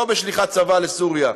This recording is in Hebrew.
לא בשליחת צבא לסוריה,